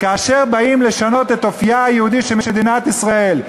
כאשר באים לשנות את אופייה היהודי של מדינת ישראל,